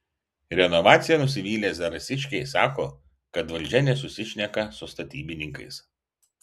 renovacija nusivylę zarasiškiai sako kad valdžia nesusišneka su statybininkais